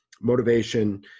Motivation